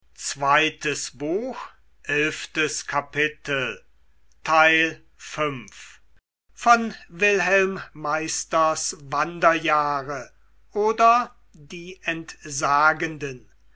goethe wilhelm meisters wanderjahre oder die entsagenden